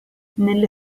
nelle